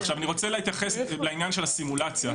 עכשיו אני רוצה להתייחס לעניין הסימולציה,